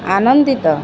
ଆନନ୍ଦିତ